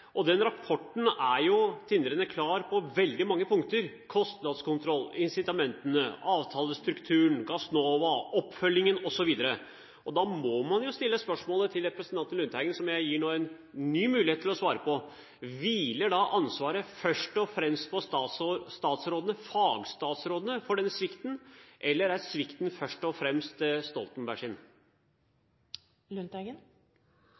rapport. Den rapporten er jo tindrende klar på veldig mange punkter – når det gjelder kostnadskontroll, incitamentene, avtalestrukturen, Gassnova, oppfølgingen osv. Da må man jo stille spørsmålet til representanten Lundteigen – som jeg nå gir en ny mulighet til å svare: Hviler ansvaret for denne svikten først og fremst på fagstatsrådene, eller er svikten først og fremst